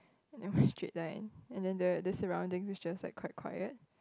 and then one straight line and the the surrounding is just like quite quiet